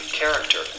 character